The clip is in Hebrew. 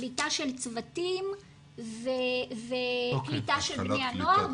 קליטה של צוותים וקליטה של בני הנוער,